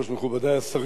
מכובדי השרים,